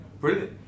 Brilliant